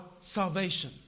salvation